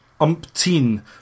umpteen